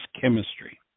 chemistry